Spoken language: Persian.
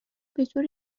بطور